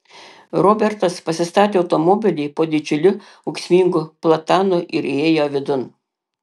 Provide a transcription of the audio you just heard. robertas pasistatė automobilį po didžiuliu ūksmingu platanu ir įėjo vidun